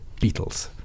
Beatles